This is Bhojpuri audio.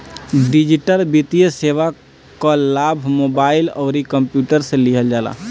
डिजिटल वित्तीय सेवा कअ लाभ मोबाइल अउरी कंप्यूटर से लिहल जाला